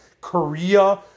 Korea